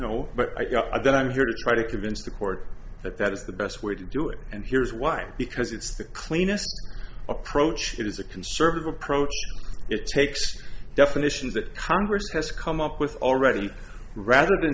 know but i don't i'm here to try to convince the court that that is the best way to do and here's why because it's the cleanest approach it is a conservative approach it takes definitions that congress has come up with already rather than